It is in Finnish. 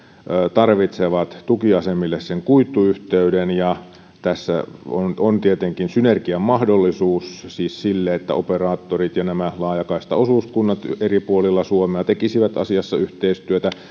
tarvitsevat tukiasemille sen kuituyhteyden ja tässä on on tietenkin synergian mahdollisuus siis sille että operaattorit ja laajakaistaosuuskunnat eri puolilla suomea tekisivät asiassa yhteistyötä